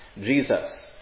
Jesus